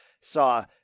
saw